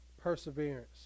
perseverance